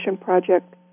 project